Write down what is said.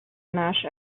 nash